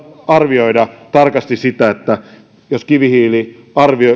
arvioida tarkasti sitä että kivihiili